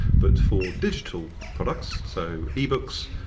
but for digital products, so ebooks,